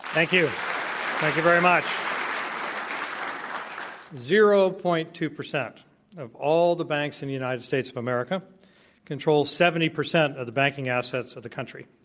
thank you very much. zero. two percent of all the banks in the united states of america control seventy percent of the banking assets of the country.